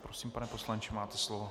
Prosím, pane poslanče, máte slovo.